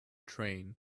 train